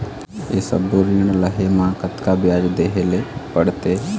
ये सब्बो ऋण लहे मा कतका ब्याज देहें ले पड़ते?